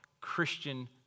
christian